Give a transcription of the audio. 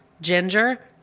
Ginger